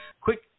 Quick